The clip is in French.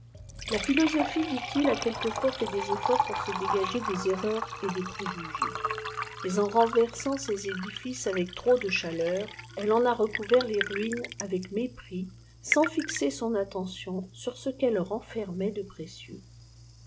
ld philosophie ditil a quelquefois fait des efforts pour se dégsfger des erreurs et des préjugés mais en renversant ces édifices avec trop de cbaleùr elle en a recouvert les ruines avec mépris sans fixer son attention sur ce qu'elles rcnfermajènl de précieux